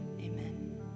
amen